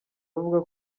avuga